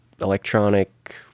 electronic